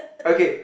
okay